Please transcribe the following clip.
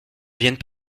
viennent